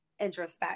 introspect